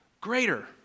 greater